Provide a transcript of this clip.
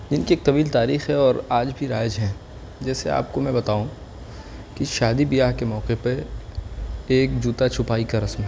ان کی ایک طویل تاریخ ہےاور آج بھی رائج ہیں جیسے آپ کو میں بتاؤں کہ شادی بیاہ کے موقع پہ ایک جوتا چھپائی کا رسم ہے